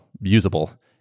usable